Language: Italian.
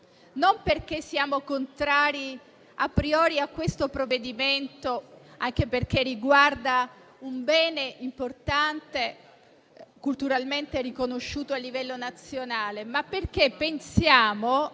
non perché siamo contrari *a priori* a questo provvedimento, anche perché riguarda un bene importante, culturalmente riconosciuto a livello nazionale. Tutte le